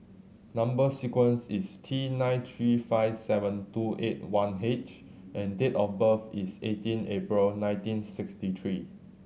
number sequence is T nine three five seven two eight one H and date of birth is eighteen April nineteen sixty three